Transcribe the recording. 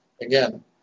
again